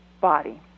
body